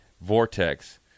vortex